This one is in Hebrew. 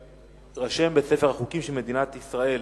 ותירשם בספר החוקים של מדינת ישראל.